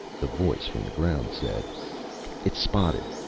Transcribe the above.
the voice from the ground said it's spotted.